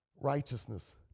righteousness